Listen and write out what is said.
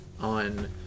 on